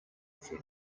from